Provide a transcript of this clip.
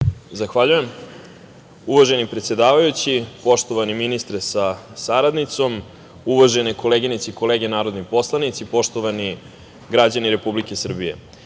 Zahvaljujem. Uvaženi predsedavajući, poštovani ministre sa saradnicom, uvažene koleginice i kolege narodni poslanici, poštovani građani Republike Srbije,